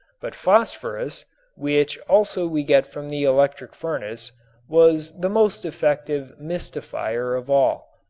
but phosphorus which also we get from the electric furnace was the most effective mistifier of all.